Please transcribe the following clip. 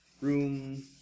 Room